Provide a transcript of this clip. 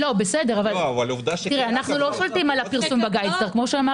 אנחנו לא שולטים על המידע בגייד סטאר.